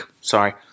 Sorry